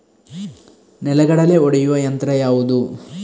ನೆಲಗಡಲೆ ಒಡೆಯುವ ಯಂತ್ರ ಯಾವುದು?